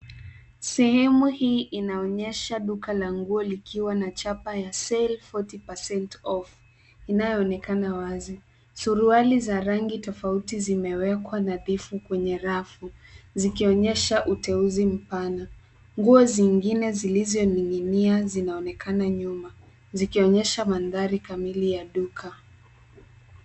Sehemu hii inaonyesha duka la nguo likiwa na chapa ya sell 40% off inayoonekana wazi. Suruali za rangi tofauti zimewekwa nadhifu kwenye rafu zikionyesha uteuzi mpana. Nguo zingine zilizioning'inia zinaonekana nyuma zikionyesha mandhari kamili ya duka.